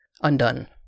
undone